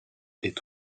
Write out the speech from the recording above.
est